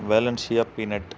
Valencia peanut